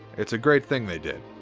it's a great thing they did.